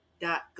dot